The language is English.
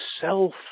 self